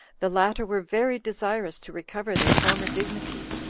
the latter were very desirous to recover their former dignity,